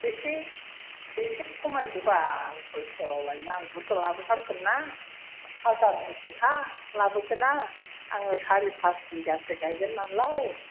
एसे एसे खमायदोबाल हलसेलाव लायनां बुरजा लाबोथारगोन ना हाजारनिसोखा लाबोगोना आङो सारि फास बिघासो गायगोन नालाय